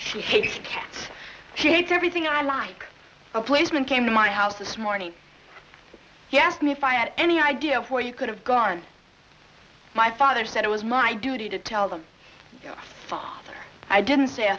she hates cats she hates everything i like a placement came to my house this morning he asked me if i had any idea where you could have gone my father said it was my duty to tell them felt i didn't say i